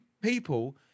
people